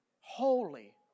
holy